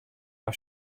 mei